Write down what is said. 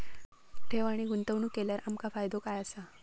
ठेव आणि गुंतवणूक केल्यार आमका फायदो काय आसा?